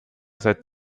seit